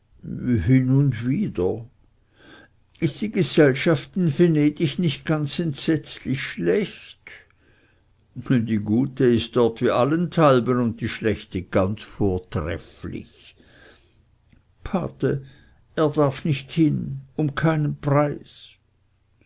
und wieder ist die gesellschaft in venedig nicht ganz entsetzlich schlecht die gute ist dort wie allenthalben und die schlechte ganz vortrefflich pate er darf nicht hin um keinen preis